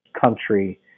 country